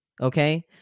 Okay